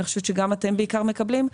אני חושבת שגם אתם בעיקר מקבלים.